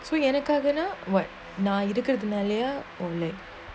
so எனககனா:enakanaa or what நான்இருக்குறதனாலய:nan irukurathanalaya